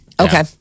Okay